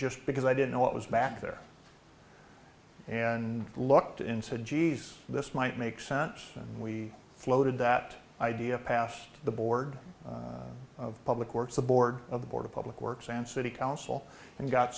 just because i didn't know what was back there and looked into geez this might make sense and we floated that idea past the board of public works the board of the board of public works and city council and got